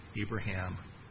Abraham